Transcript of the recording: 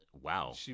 Wow